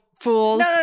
fools